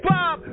Bob